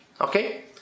Okay